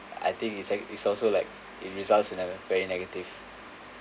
I think is a~ is also like it results in a very negative